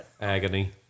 Agony